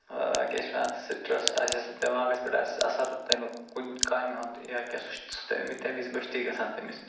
کیٛاہ چھِ وَنان یَتھ سِٹرَس آسیٚس دٮ۪ماغَس پٮ۪ٹھ آسیٚس اثر تٔمیُک کُنہِ کامہِ ہُنٛد یا کیٚنہہ سُہ چھِ تٔمۍ تٔمۍ وِزِ مُشتِتھٕے گژھان تٔمِس